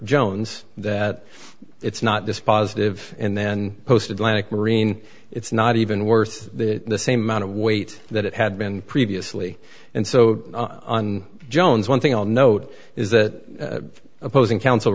jones that it's not dispositive and then posted last marine it's not even worth the same amount of weight that it had been previously and so on jones one thing i'll note is that opposing counsel